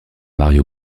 maria